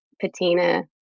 patina